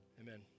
Amen